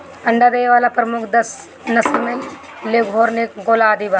अंडा देवे वाला प्रमुख दस नस्ल में लेघोर्न, एंकोना आदि बा